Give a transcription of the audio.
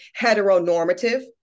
heteronormative